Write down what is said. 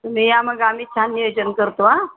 तुम्ही या मग आम्ही छान नियोजन करतो आं